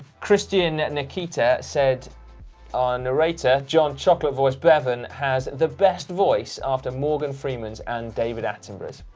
christian nikita said our narrator john chocolate voice bevan has the best voice after morgan freeman's and david attenborough's.